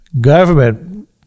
government